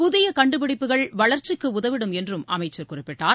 புதிய கண்டுபிடிப்புகள் வளர்ச்சிக்கு உதவிடும் என்றும் அமைச்சர் குறிப்பிட்டார்